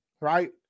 right